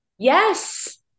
Yes